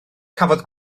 cafodd